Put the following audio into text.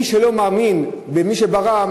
מי שלא מאמין במי שברא,